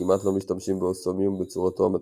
כמעט ולא משתמשים באוסמיום בצורתו המתכתית.